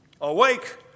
Awake